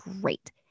great